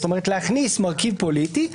"הערכאות הרגילות",